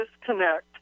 disconnect